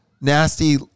nasty